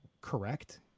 correct